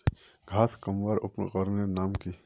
घांस कमवार उपकरनेर नाम की?